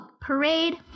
parade